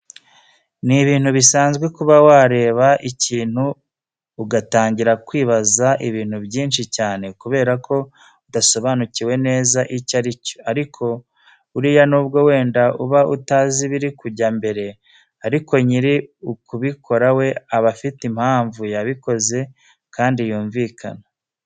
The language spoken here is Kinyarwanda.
Ni ibintu bisanzwe kuba wareba ikintu ugatangira kwibaza ibintu byinshi cyane kubera ko udasobanukiwe neza icyo ari cyo, ariko buriya nubwo wenda uba utazi ibiri kujya mbere ariko nyiri ukubikora we aba afite impamvu yabikoze kandi yumvikana.